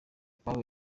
impamvu